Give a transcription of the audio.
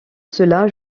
cela